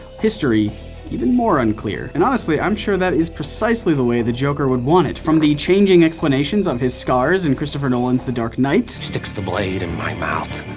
history even more unclear. and honestly, i'm sure that is precisely the way the joker would want it. from the changing explanations of his scars in christopher nolan's the dark knight. sticks the blade in my mouth.